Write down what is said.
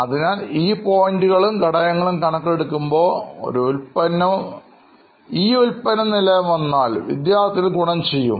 അതിനാൽ ഈ പോയിൻറ്കളും ഘടകങ്ങളും കണക്കിലെടുക്കുമ്പോൾ ഈ ഉൽപ്പന്നം നിലവിൽ വന്നാൽ വിദ്യാർഥികൾക്ക് ഗുണം ചെയ്യും